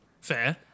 Fair